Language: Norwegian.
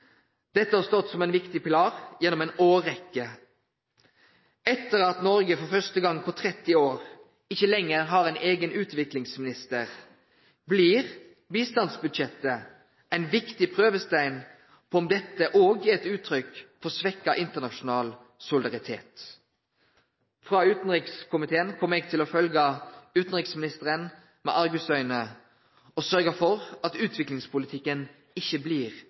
Dette har stått som ein viktig pilar gjennom ei årrekke. Etter at Noreg for første gong på tretti år ikkje lenger har ein eigen utviklingsminister, blir bistandsbudsjettet ein viktig prøvestein på om dette òg er eit uttrykk for svekt internasjonal solidaritet. Frå utanrikskomiteen kjem eg til å følgje utanriksministeren med argusauge og sørgje for at utviklingspolitikken ikkje blir